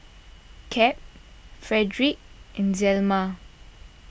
Cap Fredric and Zelma